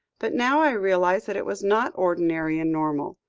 but now i realise that it was not ordinary and normal.